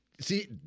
See